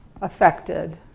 affected